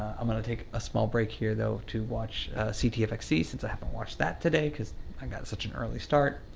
i'm gonna take a small break here though to watch ctfxc, since i haven't watched that today cause i got such an early start.